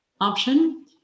option